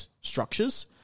structures